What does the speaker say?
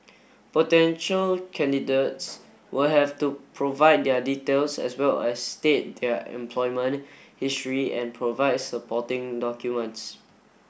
potential candidates will have to provide their details as well as state their employment history and provide supporting documents